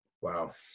Wow